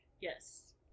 Yes